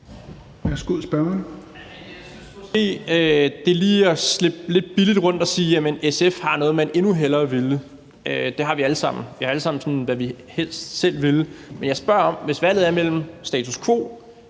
det er at slippe lidt billigt rundt om det, når SF siger, at de har noget, de endnu hellere ville, for det har vi alle sammen. Vi har alle sammen noget, som vi helst selv vil, men jeg spørger om, at hvis valget er mellem status quo